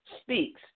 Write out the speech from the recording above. speaks